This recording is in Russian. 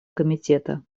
комитета